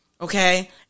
Okay